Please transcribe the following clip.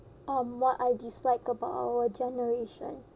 um what I dislike about our generation